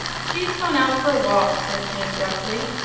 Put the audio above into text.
she's gone out for a walk, said jim, gruffly.